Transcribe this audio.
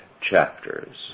chapters